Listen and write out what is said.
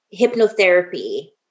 hypnotherapy